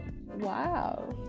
wow